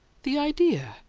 the idea!